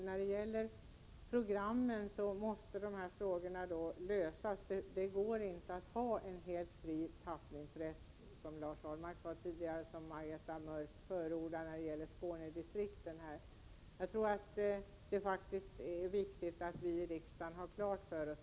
När det gäller programmen måste dessa frågor lösas; det går inte att ha en helt fri tappningsrätt, som Lars Ahlmark talade om tidigare och Margareta Mörck nu förordar när det gäller Skånedistrikten. Jag tror att det är viktigt att vi i riksdagen har detta klart för oss.